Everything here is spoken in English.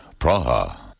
Praha